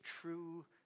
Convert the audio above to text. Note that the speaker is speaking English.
true